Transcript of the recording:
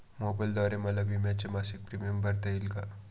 मोबाईलद्वारे मला विम्याचा मासिक प्रीमियम भरता येईल का?